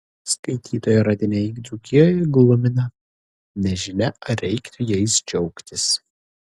skaitytojo radiniai dzūkijoje glumina nežinia ar reiktų jais džiaugtis